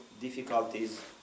difficulties